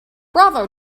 bravo